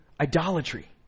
idolatry